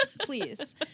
Please